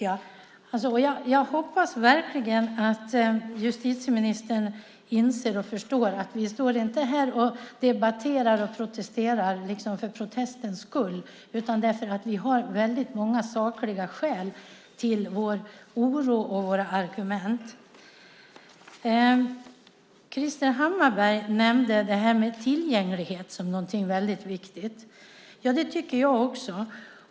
Jag hoppas verkligen att justitieministern förstår att vi inte står här och debatterar och protesterar för protestens skull utan för att vi har många sakliga skäl för vår oro och våra argument. Krister Hammarbergh nämnde tillgänglighet som något väldigt viktigt. Det tycker jag också.